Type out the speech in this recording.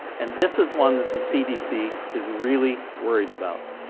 and this is one that the cdc is really worried about,